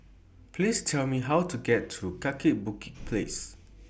Please Tell Me How to get to Kaki Bukit Place